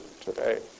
today